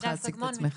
הדס אגמון,